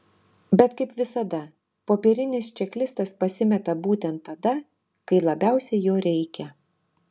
bet kaip visada popierinis čeklistas pasimeta būtent tada kai labiausiai jo reikia